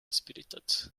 spirited